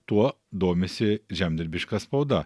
tuo domisi žemdirbiška spauda